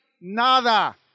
nada